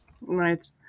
Right